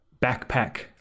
backpack